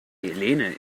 helene